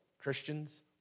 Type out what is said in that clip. Christians